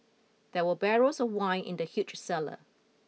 there were barrels of wine in the huge cellar